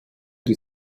die